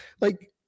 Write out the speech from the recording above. like-